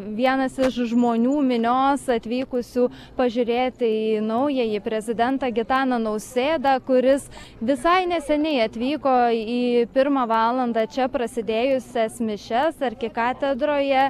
vienas iš žmonių minios atvykusių pažiūrėti į naująjį prezidentą gitaną nausėdą kuris visai neseniai atvyko į pirmą valandą čia prasidėjusias mišias arkikatedroje